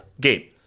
game